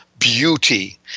Beauty